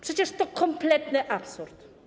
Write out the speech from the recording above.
Przecież to kompletny absurd.